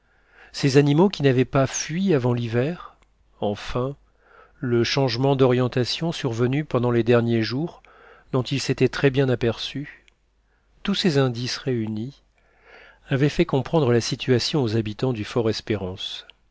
ces animaux qui n'avaient pas fui avant l'hiver enfin le changement d'orientation survenu pendant les derniers jours dont ils s'étaient très bien aperçus tous ces indices réunis avaient fait comprendre la situation aux habitants du